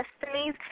destinies